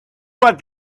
what